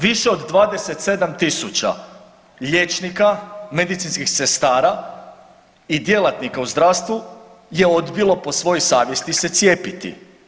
Više od 27.000 liječnika, medicinskih sestara i djelatnika u zdravstvu je odbilo po svojoj savjesti se cijepiti.